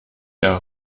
ihr